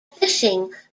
fishing